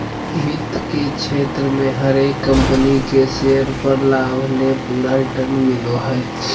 वित्त के क्षेत्र मे हरेक कम्पनी के शेयर पर लाभ ले पूरा रिटर्न मिलो हय